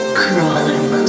crawling